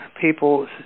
people